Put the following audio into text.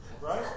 Right